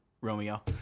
Romeo